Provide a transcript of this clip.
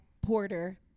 porter